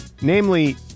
Namely